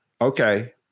okay